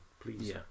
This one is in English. please